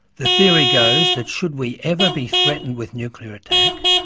the theory goes that should we ever be threatened with nuclear attack,